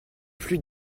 plus